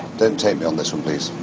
don't tape me on this one, please.